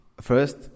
first